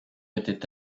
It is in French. était